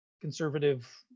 conservative